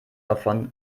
davon